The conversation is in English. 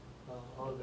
no okay but